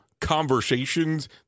conversations